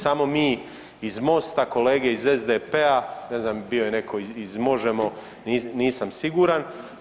Samo mi iz MOST-a, kolege iz SDP-a, ne znam bio je netko iz MOŽEMO, nisam siguran.